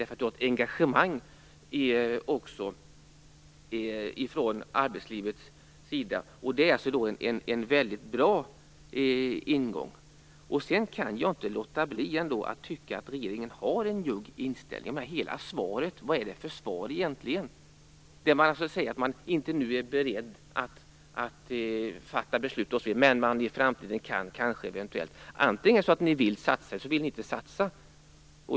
Det finns ju ett engagemang också från arbetslivets sida, och det är en väldigt bra ingång. Sedan kan jag ändå inte låta bli att tycka att regeringen har en njugg inställning. Titta på hela svaret - vad är det för svar egentligen? Man säger att man inte är beredd att fatta beslut nu, men att man i framtiden eventuellt kan göra det. Antingen vill ni satsa eller också vill ni inte satsa.